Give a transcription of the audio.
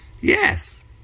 Yes